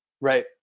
Right